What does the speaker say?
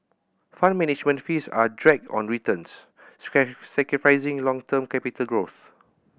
Fund Management fees are a drag on returns sacrificing long term capital growth